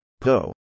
Po